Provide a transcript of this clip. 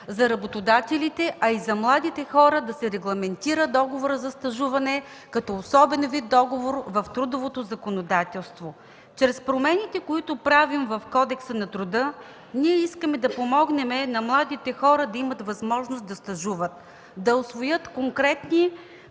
за работодателите, а и за младите хора - да се регламентира договорът за стажуване като особен вид договор в трудовото законодателство. Чрез промените, които правим в Кодекса на труда, искаме да помогнем на младите хора да имат възможност да стажуват, да усвоят конкретни